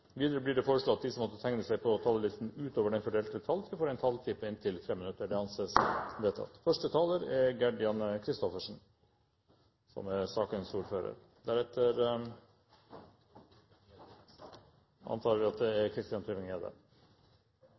Videre blir det foreslått at de som måtte tegne seg på talerlisten utover den fordelte taletid, får en taletid på inntil 3 minutter. – Det anses vedtatt.